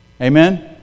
Amen